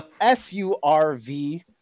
S-U-R-V